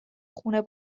خون